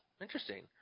Interesting